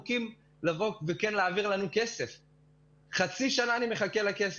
השתהות מכוונת אלא חסרה יד מכוונת והעבודה נעשית בטור,